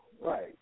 Right